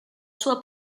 sua